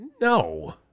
No